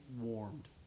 warmed